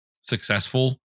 successful